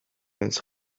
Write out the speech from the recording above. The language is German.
ins